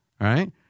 right